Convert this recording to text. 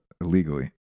illegally